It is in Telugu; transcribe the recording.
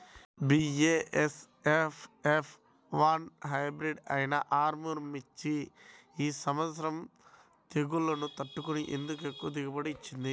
బీ.ఏ.ఎస్.ఎఫ్ ఎఫ్ వన్ హైబ్రిడ్ అయినా ఆర్ముర్ మిర్చి ఈ సంవత్సరం తెగుళ్లును తట్టుకొని ఎందుకు ఎక్కువ దిగుబడి ఇచ్చింది?